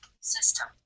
System